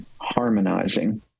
harmonizing